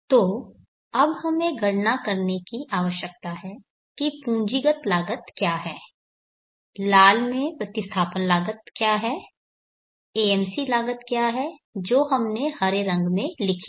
तो अब हमें गणना करने की आवश्यकता है कि पूंजीगत लागत क्या है लाल में प्रतिस्थापन लागत क्या है AMC लागत क्या है जो हमने हरे रंग में लिखी है